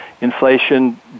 inflation